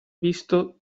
visto